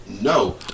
no